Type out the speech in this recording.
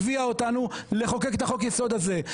הביאה אותנו לחוקק את החוק יסוד הזה,